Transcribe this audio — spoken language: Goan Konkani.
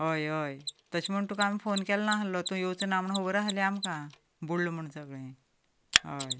हय हय तशें म्हूण तुका आमी फोन केलो नासलो तूं येवचो नासलो म्हूण खबर आसली आमकां बुडलां म्हूण सगळें हय